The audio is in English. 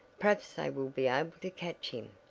perhaps they will be able to catch him.